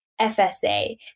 FSA